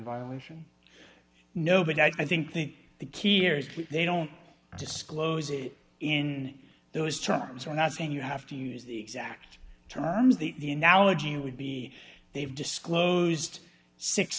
violation no but i think think the key here is they don't disclose it in those terms we're not saying you have to use the exact terms the the analogy would be they've disclosed six